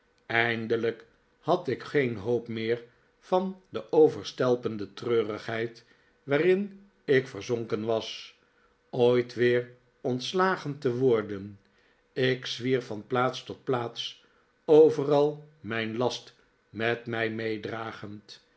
eindelijk had ik geen hoop meer van de overstelpende treurigheid waarin ik verzonken was ooit weer ontslagen te worden ik zwierf van plaats tot plaats overal mijn last met mij meedragend